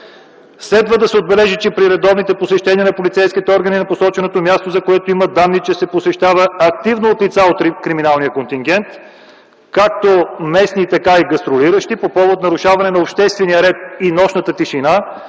Следва да се отбележи, че при редовните посещения на полицейските органи на посоченото място, за което има данни, че се посещава активно от лица от криминалния контингент – както местни, така и гастролиращи, по повод нарушаване на обществения ред и нощната тишина,